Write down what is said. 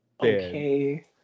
Okay